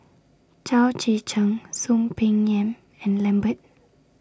Chao Tzee Cheng Soon Peng Yam and Lambert